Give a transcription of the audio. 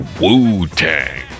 Wu-Tang